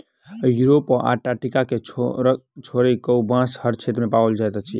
Europe आ Antarctica के छोइड़ कअ, बांस हर क्षेत्र में पाओल जाइत अछि